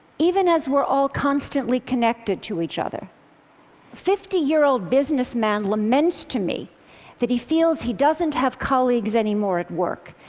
even as we're all constantly connected to each other. a fifty year old business man lamented to me that he feels he doesn't have colleagues anymore at work.